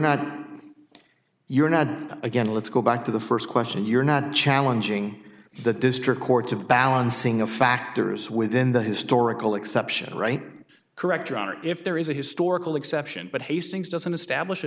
not you're not again let's go back to the first question you're not challenging the district court of balancing of factors within the historical exception right correct your honor if there is a historical exception but hastings doesn't establish a